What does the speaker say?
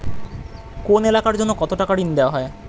কোন এলাকার জন্য কত টাকা ঋণ দেয়া হয়?